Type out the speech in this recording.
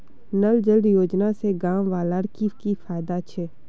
नल जल योजना से गाँव वालार की की फायदा छे?